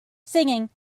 singing